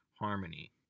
harmony